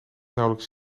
nauwelijks